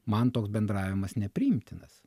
man toks bendravimas nepriimtinas